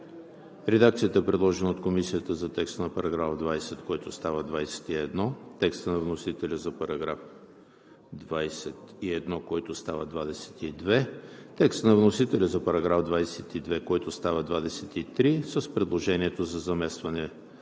редакцията, предложена от Комисията за текста на § 20, който става § 21; текста на вносителя за § 21, който става § 22; текста на вносителя за § 22, който става § 23, с предложението за заместване